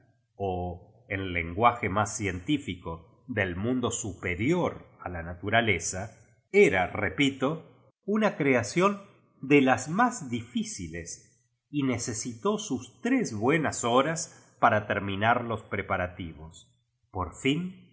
misterios det mundo so brenatural o en lenguaje más científico det mundo superior a la naturaleza era repito una creación de las más difíciles y necesitó sus tres buenas horas para terminar tos pre parativos por fin